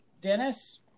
Dennis